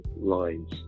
lines